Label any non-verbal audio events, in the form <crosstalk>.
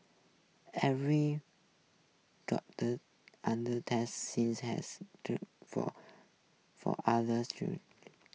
every <unintelligible> under test since has turn for for others <unintelligible>